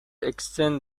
extend